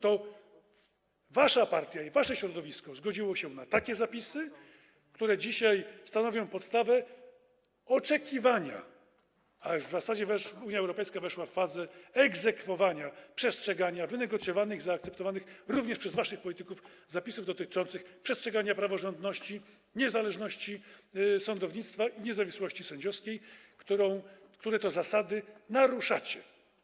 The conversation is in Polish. To wasza partia i wasze środowisko zgodziły się na takie zapisy, które dzisiaj stanowią podstawę oczekiwania, a w zasadzie Unia Europejska weszła już w fazę egzekwowania przestrzegania wynegocjowanych, zaakceptowanych również przez waszych polityków zapisów dotyczących przestrzegania praworządności, niezależności sądownictwa i niezawisłości sędziowskiej, które to zasady naruszacie.